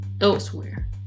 elsewhere